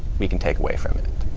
you can take away from it.